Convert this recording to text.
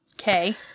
Okay